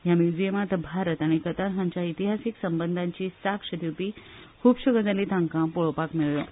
ह्या म्युझियमात भारत आनी कतार हांच्या इतिहासिक संबंधांची साक्ष दिवपी खुबश्यो गजाली तांका पळोवपाक मेळयो